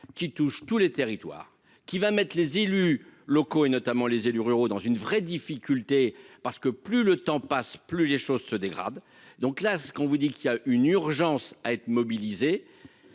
qui touche tous les territoires qui va mettre les élus locaux et notamment les élus ruraux dans une vraie difficulté parce que plus le temps passe, plus les choses se dégradent, donc là ce qu'on vous dit qu'il y a une urgence à être mobilisés,